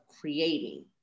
creating